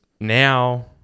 now